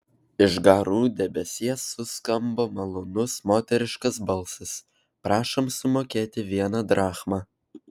iš garų debesies suskambo malonus moteriškas balsas prašom sumokėti vieną drachmą